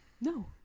No